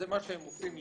זה מה שהם עושים יום-יום,